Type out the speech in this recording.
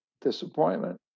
disappointment